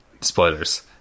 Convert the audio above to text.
Spoilers